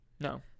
No